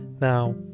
Now